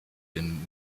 den